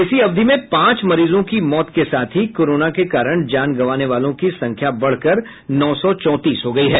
इसी अवधि में पांच मरीजों की मौत के साथ ही कोरोना के कारण जान गंवाने वालों की संख्या बढ़कर नौ सौ चौंतीस हो गयी है